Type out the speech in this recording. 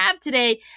today